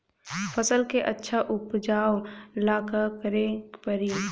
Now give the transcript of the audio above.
फसल के अच्छा उपजाव ला का करे के परी?